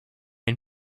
ein